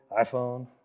iPhone